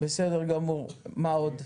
בסדר גמור, מה עוד?